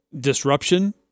disruption